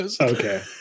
Okay